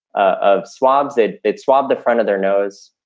of swabs. it it swab the front of their nose.